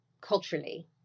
culturally